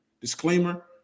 Disclaimer